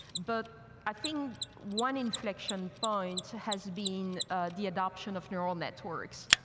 but i think one inflection point has been the adoption of neural networks.